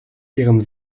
ihrem